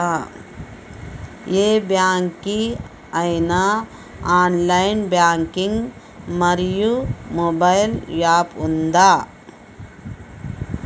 ఏ bank కి ఐనా online banking మరియు మొబైల్ యాప్ ఉందా?